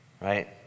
right